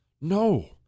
No